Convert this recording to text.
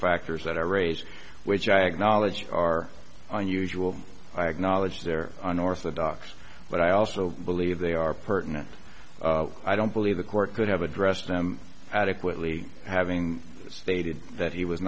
factors that are raised which i acknowledge are unusual i acknowledge their unorthodox but i also believe they are pertinent i don't believe the court could have addressed them adequately having stated that he was